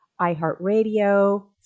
iHeartRadio